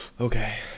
Okay